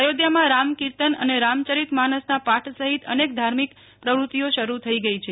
અયોધ્યામાં રામ કીર્તન અને રામચરિતમાનસના પાઠ સહિત અનેક ધાર્મિક પ્રવૃતિઓ શરૂ થઈ ગઈ છે